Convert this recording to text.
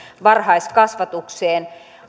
varhaiskasvatukseen